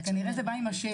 כנראה זה בא עם השם,